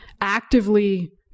actively